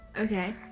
Okay